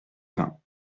vin